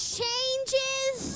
Changes